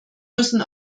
müssen